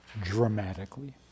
dramatically